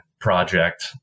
Project